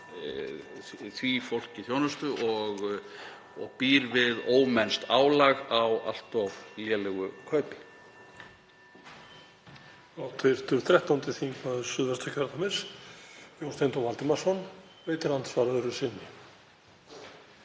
því fólki þjónustu og býr við ómennskt álag á allt of lélegu kaupi.